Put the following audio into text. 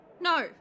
no